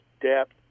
depth